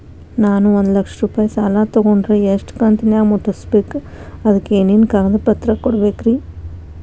ನಾನು ಒಂದು ಲಕ್ಷ ರೂಪಾಯಿ ಸಾಲಾ ತೊಗಂಡರ ಎಷ್ಟ ಕಂತಿನ್ಯಾಗ ಮುಟ್ಟಸ್ಬೇಕ್, ಅದಕ್ ಏನೇನ್ ಕಾಗದ ಪತ್ರ ಕೊಡಬೇಕ್ರಿ?